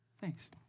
Thanks